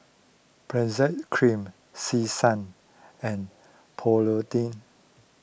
Benzac Cream Selsun and Polident